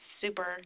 super